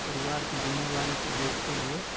परिवार की जिम्मेदारी को देखते हुए